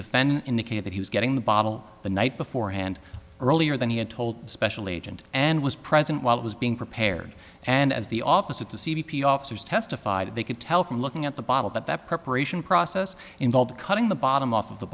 defendant indicated that he was getting the bottle the night before hand earlier than he had told the special agent and was present while it was being prepared and as the office of the c b p officers testified they could tell from looking at the bottle but that preparation process involved cutting the bottom of